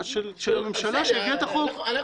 של הממשלה שהביאה את החוק, שלכם, של כולנו.